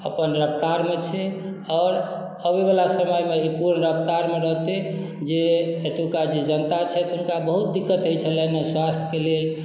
अपन रफ़्तार मे छै आओर अबै वला समय मे ई पूर्ण रफ़्तार मे रहतै जे एतुका जे जनता छथि हुनका बहुत दिक्कत होइत छलनि स्वास्थ के लेल